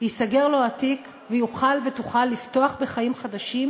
ייסגר לו התיק ויוכל ותוכל לפתוח בחיים חדשים,